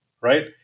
right